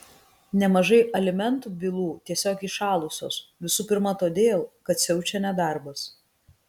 nemažai alimentų bylų tiesiog įšalusios visų pirma todėl kad siaučia nedarbas